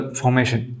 formation